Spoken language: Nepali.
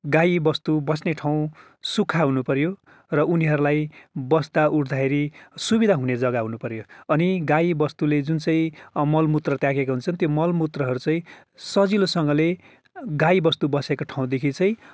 गाई बस्तु बस्ने ठाउँ सुक्खा हुनु पऱ्यो र उनीहरूलाई बस्दा उठ्दाखेरि सुविधा हुने जग्गा हुनु पऱ्यो अनि गाई बस्तुले जुन चाहिँ मल मुत्र त्यागेको हुन्छ त्यो मल मुत्रहरू चाहिँ सजिलोसँगले गाई बस्तु बसेको ठाउँदेखि चाहिँ